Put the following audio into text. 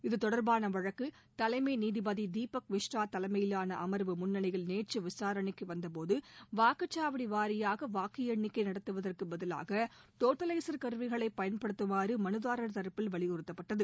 இது தொடர்பான வழக்கு தலைமை நீதிபதி தீபக் மிஸ்ரா தலைமையிலான அமர்வு முன்ளிவையில் நேற்று விசாரணைக்கு வந்தபோது வாக்குச்சாவடி வாரியாக வாக்கு எண்ணிக்கை நடத்துவதற்கு பதிலாக டோட்டலைசர் கருவிகளை பயன்படுத்துமாறு மனுதாரர் தரப்பில் வலியுறுத்தப்பட்டது